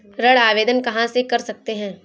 ऋण आवेदन कहां से कर सकते हैं?